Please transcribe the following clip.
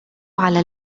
على